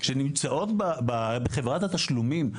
שנמצאות בחברת התשלומים,